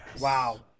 Wow